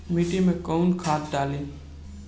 माटी में कोउन खाद डाली?